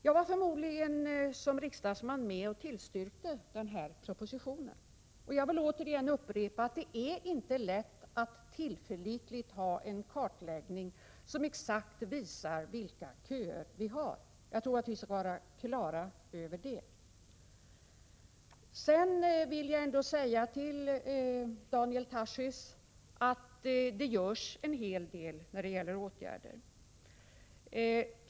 Jag var förmodligen som riksdagsman med om att tillstyrka propositionen. Jag vill återigen upprepa att det inte är lätt att åstadkomma en tillförlitlig kartläggning, som exakt visar vilka köer vi har. Jag tror att vi skall ha det fullt klart för oss. Sedan vill jag säga till Daniel Tarschys att det vidtas en hel del åtgärder.